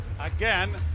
again